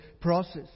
process